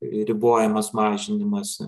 ribojamas mažinimas